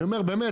אני באמת אומר,